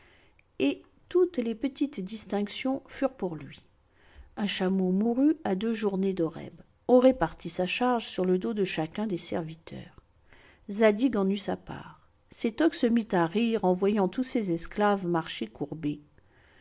et toutes les petites distinctions furent pour lui un chameau mourut à deux journées d'horeb on répartit sa charge sur le dos de chacun des serviteurs zadig en eut sa part sétoc se mit à rire en voyant tous ses esclaves marcher courbés